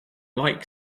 like